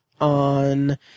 on